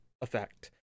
effect